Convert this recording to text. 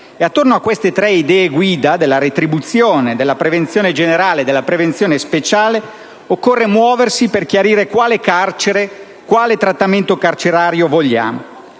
Attorno a queste tre idee guida (retribuzione, prevenzione generale e prevenzione speciale) occorre muoversi per chiarire quale trattamento carcerario vogliamo.